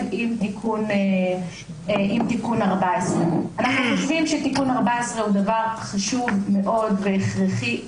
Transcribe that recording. עם תיקון 14. אנו חושבים שתיקון 14 הוא דבר חשוב מאוד והכרחי,